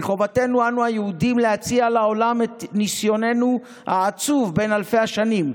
מחובתנו אנו היהודים להציע לעולם את ניסיוננו העצוב בן אלפי השנים,